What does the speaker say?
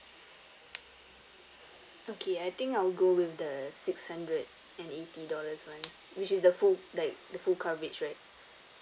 okay I think I'll go with the six hundred and eighty dollars one which is the full like the full coverage right